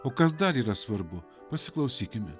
o kas dar yra svarbu pasiklausykime